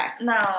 No